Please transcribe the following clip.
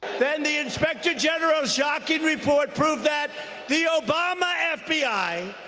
then, the inspector general's shocking report proved that the obama f b i.